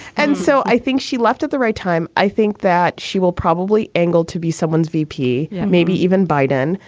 and so i think she left at the right time. i think that she will probably angled to be someone's v p, maybe even biden,